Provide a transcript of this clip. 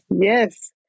yes